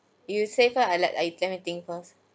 you say first I let err let me think first